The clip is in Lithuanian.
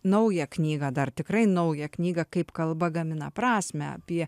naują knygą dar tikrai naują knygą kaip kalba gamina prasmę apie